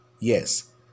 Yes